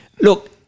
Look